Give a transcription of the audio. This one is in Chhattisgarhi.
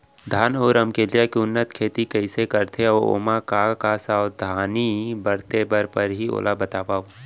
धान अऊ रमकेरिया के उन्नत खेती कइसे करथे अऊ ओमा का का सावधानी बरते बर परहि ओला बतावव?